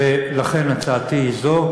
ולכן, הצעתי היא זו.